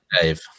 Dave